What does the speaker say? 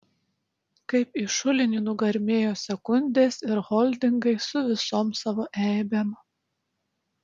kaip į šulinį nugarmėjo sekundės ir holdingai su visom savo eibėm